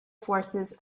forces